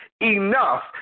enough